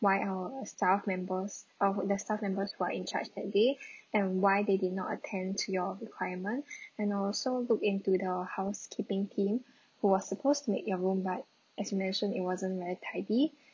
why our staff members oh the staff members who are in charge that day and why they did not attend to your requirement and also look into the housekeeping team who was supposed to make your room but as you mentioned it wasn't very tidy